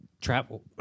travel